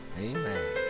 Amen